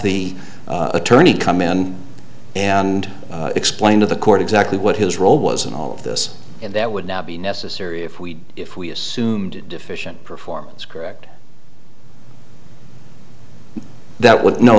the attorney come in and explain to the court exactly what his role was in all of this and that would now be necessary if we if we assumed deficient performance correct that would know